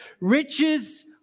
Riches